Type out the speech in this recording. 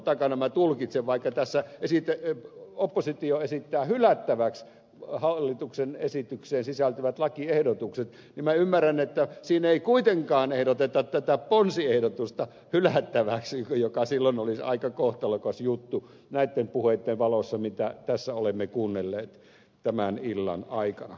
minä tulkitsen vaikka tässä oppositio esittää hylättäväksi hallituksen esitykseen sisältyvät lakiehdotukset niin minä ymmärrän että siinä ei kuitenkaan ehdoteta tätä ponsiehdotusta hylättäväksi joka silloin olisi aika kohtalokas juttu näitten puheitten valossa joita tässä olemme kuunnelleet tämän illan aikana